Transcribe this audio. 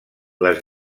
les